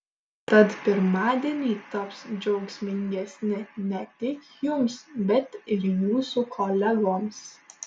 tad pirmadieniai taps džiaugsmingesni ne tik jums bet ir jūsų kolegoms